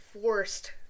forced